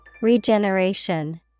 Regeneration